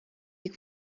est